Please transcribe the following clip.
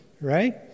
right